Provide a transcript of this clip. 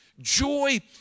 Joy